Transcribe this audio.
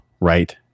right